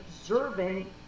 observing